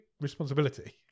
responsibility